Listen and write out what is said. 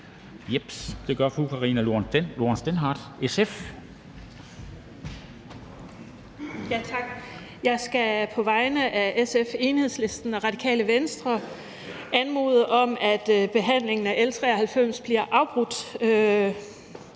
Jeg skal på vegne af SF, Enhedslisten og Radikale Venstre anmode om, at behandlingen af L 93 bliver afbrudt.